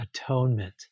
atonement